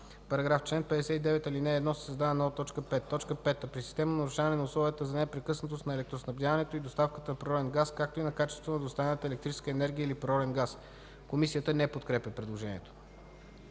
§... В чл. 59, ал. 1 се създава нова т. 5: „5. при системно нарушаване на условията за непрекъснатост на електроснабдяването и доставката на природен газ, както и на качеството на доставяната електрическа енергия или природен газ.” Комисията не подкрепя предложението.